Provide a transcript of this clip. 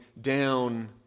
down